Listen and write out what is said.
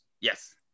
yes